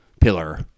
pillar